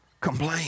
complain